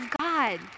God